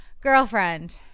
Girlfriend